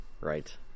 Right